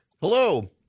Hello